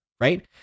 Right